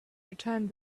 returned